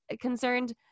concerned